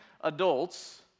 adults